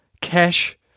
Cash